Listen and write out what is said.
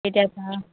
ঠিক আছে অ'